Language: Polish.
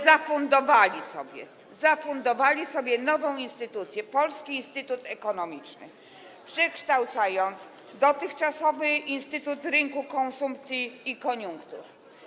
Zafundowali sobie nową instytucję, tj. Polski Instytut Ekonomiczny, przekształcając dotychczasowy Instytut Badań Rynku, Konsumpcji i Koniunktur.